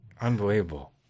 Unbelievable